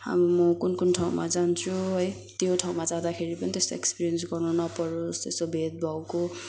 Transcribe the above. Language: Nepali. अब म कुन कुन ठाउँमा जान्छु है त्यो ठाउँमा जाँदाखेरि पनि एक्सपिरियन्स गर्नु नपरोस् यस्तो भेदभावको